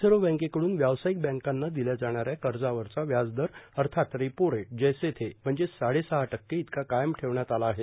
reserve बँकेकडून व्यावसायिक बँकांना दिल्या जाणाऱ्या कर्जावारचा व्याजदर अर्थात रेपो रेट जैसे थे म्हणजेच साडेसहा टक्के इतका कायम ठेवण्यात आला आहे